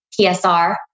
PSR